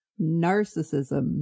Narcissism